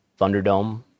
Thunderdome